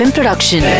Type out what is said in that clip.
Production